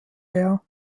air